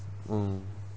mm